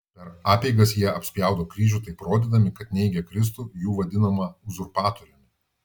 per apeigas jie apspjaudo kryžių taip rodydami kad neigia kristų jų vadinamą uzurpatoriumi